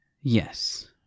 Yes